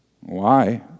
Why